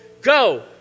Go